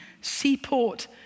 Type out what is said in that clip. seaport